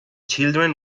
children